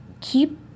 keep